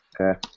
Okay